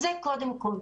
זה קודם כול.